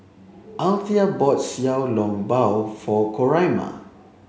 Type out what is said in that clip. Althea bought Xiao Long Bao for Coraima